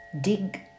dig